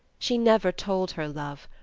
she never told her love,